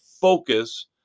focus